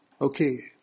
okay